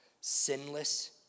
sinless